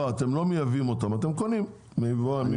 לא, אתם לא מייבאים אותן, אתם קונים מיבואן מפה.